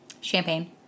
champagne